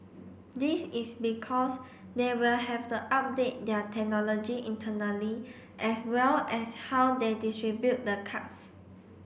this is because they will have to update their technology internally as well as how they distribute the cards